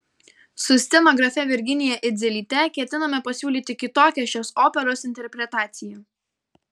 su scenografe virginija idzelyte ketiname pasiūlyti kitokią šios operos interpretaciją